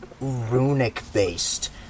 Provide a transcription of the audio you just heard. runic-based